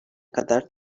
kadar